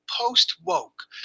Post-Woke